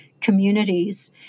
communities